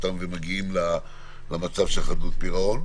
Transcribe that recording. שמגיעים לחדלות פירעון חווים.